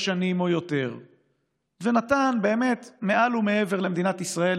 שנים או יותר ונתן מעל ומעבר למדינת ישראל,